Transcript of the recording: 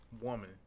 woman